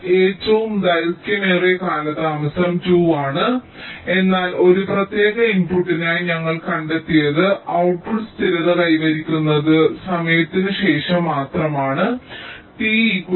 ഏറ്റവും ദൈർഘ്യമേറിയ കാലതാമസം 2 ആണ് എന്നാൽ ഒരു പ്രത്യേക ഇൻപുട്ടിനായി ഞങ്ങൾ കണ്ടെത്തിയത് ഔട്ട്പുട്ട് സ്ഥിരത കൈവരിക്കുന്നത് സമയത്തിന് ശേഷം മാത്രമാണ് t 3